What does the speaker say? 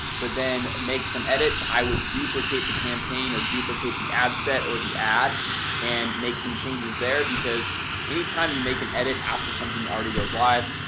but then make some edits i would duplicate the campaign or duplicate the ad set or the ad and make some changes there because anytime you make an edit after something that already goes live.